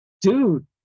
dude